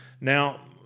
Now